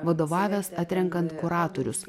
vadovavęs atrenkant kuratorius